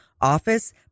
office